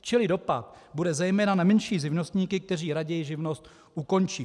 Čili dopad bude zejména na menší živnostníky, kteří raději živnost ukončí.